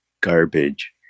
garbage